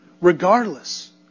regardless